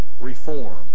reform